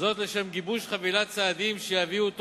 זאת לשם גיבוש חבילת צעדים שיביאו,